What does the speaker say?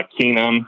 Keenum